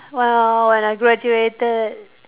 well when I graduated